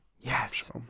Yes